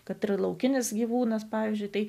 kad ir laukinis gyvūnas pavyzdžiui tai